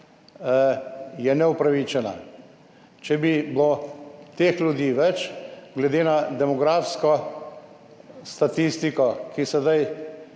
neupravičena. Če bi bilo teh ljudi več glede na demografsko statistiko, ki je sedaj